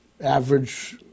average